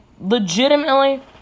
legitimately